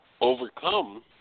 overcome